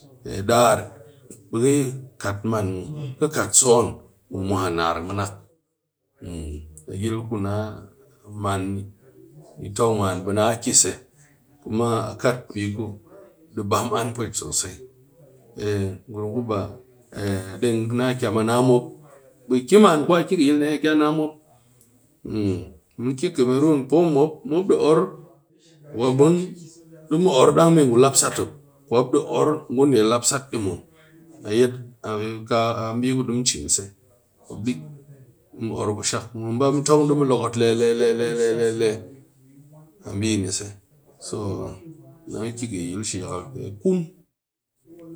Pe dar be kat man ka kat son mu mwan nar mnak a yil ku na man yi tong man be na ke se koma a kat bi ku di bam an pwet sosai ngurum deng na kyam a naa mop ke man ba ke a na mop mu ke kemerong poo mop, mop or kwamun d? Or dang me ngu lap sat mop kwa mop de or ngu nde lap sat di mun a b? Ku du mun cin mop or ku shak ba d? Mu lokot lelele a e ni se so na ke yil kun